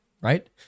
right